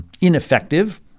ineffective